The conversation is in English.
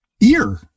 ear